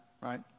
right